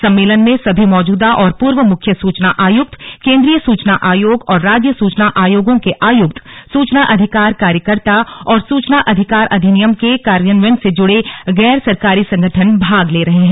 सम्मेलन में सभी मौजूदा और पूर्व मुख्य सुचना आयुक्त केन्द्रीय सूचना आयोग और राज्य सूचना आयोगों के आयुक्त सूचना अधिकार कार्यकर्ता और सूचना अधिकार अधिनियम के कार्यान्वयन से जुड़े गैर सरकारी संगठन भाग ले रहे हैं